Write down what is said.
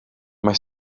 mae